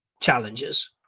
challenges